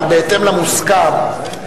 בהתאם למוסכם,